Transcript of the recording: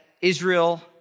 Israel